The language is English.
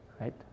right